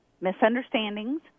misunderstandings